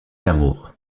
l’amour